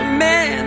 man